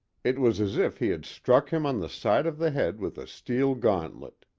it was as if he had struck him on the side of the head with a steel gauntlet.